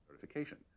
certification